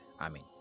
Amen